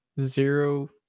Zero